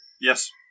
Yes